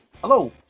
Hello